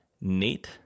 Nate